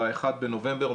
באחד בנובמבר.